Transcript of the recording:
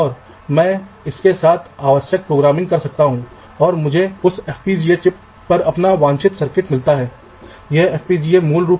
इसलिए मैं इसे एक अलग रंग में दिखा रहा हूं दोनों में निश्चित रूप से धातु की परतें होंगी और यह तार कनेक्शन होगा यहां आप वायर कनेक्शन से बच नहीं सकते